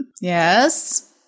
Yes